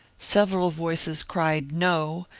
several voices cried no,